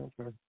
okay